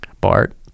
Bart